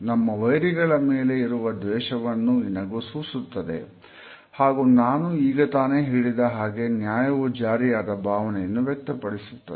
ನಮ್ಮ ವೈರಿಗಳ ಮೇಲೆ ಇರುವ ದ್ವೇಷವನ್ನು ಈ ನಗು ಸೂಸುತ್ತದೆ ಹಾಗೂ ನಾನು ಈಗತಾನೆ ಹೇಳಿದಹಾಗೆ ನ್ಯಾಯವು ಜಾರಿಯಾದ ಭಾವನೆಯನ್ನು ವ್ಯಕ್ತಪಡಿಸುತ್ತದೆ